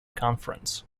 conference